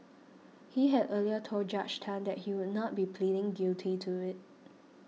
he had earlier told Judge Tan that he would not be pleading guilty to it